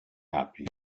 happy